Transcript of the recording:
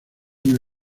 human